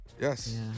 Yes